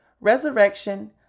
resurrection